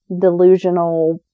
delusional